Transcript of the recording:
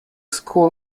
school